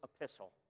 epistle